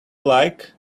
like